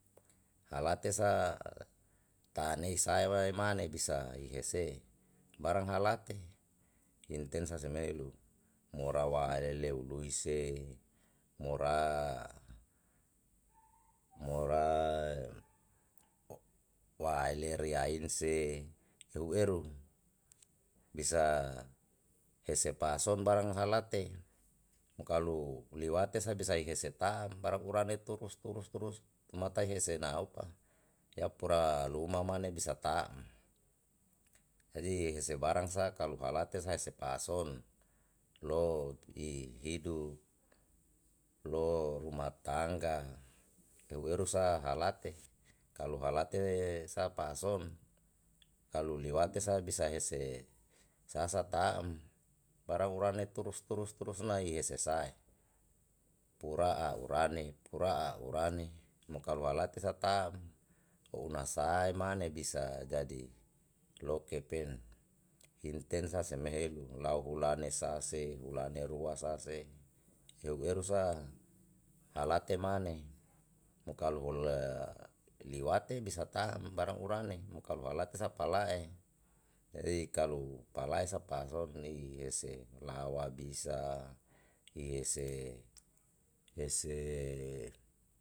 Halate sa ta'a nei sae mae mane bisa hi hese barang ha late inten sa seme helu mora wa'a ele leu lui se mora mora wa'a ele ria in se eu eru bisa hese pa'a son barang halate mu kalu liwate sa bisai hei ese taa'm barang urane turus turus turus matae hesena opa yapura lumamane bisa taa'm jadi hese barang sa kalu halate sa hesepa ason lo i hidup lo ruma tangga eu eru sa halate kalu halate sa pa'a son kalu liwate sa bisa hese sasa taa'm barang urane turus turus turus nai hese sae pura'a urane pura'a urane mo kalo ha late sa taa'm una sae mane bisa jadi lokepen intensa seme helu lau hulane sa se hulane rua sase eu eru sa halate mane mokalo hulla liwate bisa taa'm barang urane mo kalo halate sa pala'e jadi kalu pala'e sa paroni hese lahawa bisa ise ese.